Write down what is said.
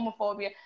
homophobia